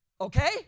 Okay